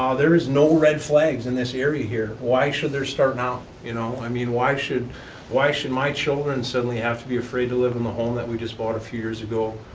ah there is no red flags in this area here. why should there start now? you know i mean why should why should my children suddenly have to be afraid to live in the home that we just bought a few years ago,